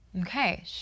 Okay